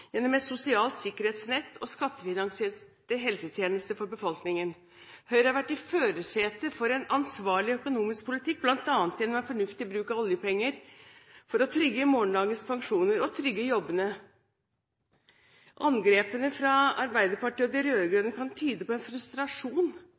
gjennom flere år. Høyre har bidratt til å bygge opp en velferdsstat med bl.a. et sosialt sikkerhetsnett og skattefinansierte helsetjenester for befolkningen. Høyre har vært i førersetet for en ansvarlig økonomisk politikk – bl.a. gjennom en fornuftig bruk av oljepenger – for å trygge jobbene og morgendagens pensjoner. Angrepene fra